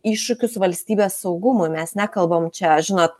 iššūkius valstybės saugumui mes nekalbam čia žinot